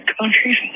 countries